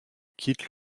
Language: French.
quittent